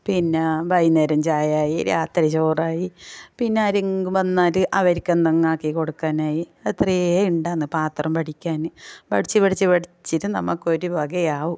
പിന്നെ വൈകുന്നേരം ചായ ആയി രാത്രി ചോറായി പിന്നെ ആരെങ്കിലും വന്നാൽ അവർക്ക് എന്തെങ്കിലും ഉണ്ടാക്കി കൊടുക്കാനായി ഇത്രയും ഉണ്ടാന്ന് പാത്രം വടിക്കാൻ വടിച്ച് വടിച്ച് വടിച്ചിട്ട് നമുക്കൊരു വകയാവും